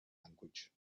language